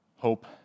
Hope